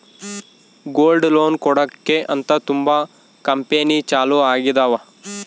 gold loan ಕೊಡಕ್ಕೆ ಅಂತ ತುಂಬಾ ಕಂಪೆನಿ ಚಾಲೂ ಆಗಿದಾವ